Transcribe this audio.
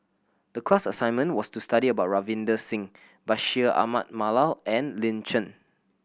the class assignment was to study about Ravinder Singh Bashir Ahmad Mallal and Lin Chen